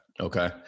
Okay